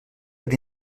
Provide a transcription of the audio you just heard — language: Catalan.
per